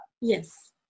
Yes